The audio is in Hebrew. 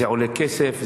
זה עולה כסף,